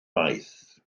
faith